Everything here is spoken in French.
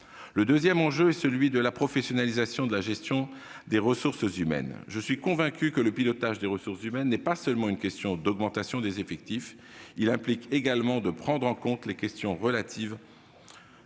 Le deuxième enjeu est celui de la professionnalisation de la gestion des ressources humaines. Je suis convaincu que le pilotage des ressources humaines n'est pas seulement une question d'augmentation des effectifs : il implique également de prendre en compte les questions relatives au vivier de recrutement